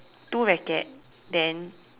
two racket then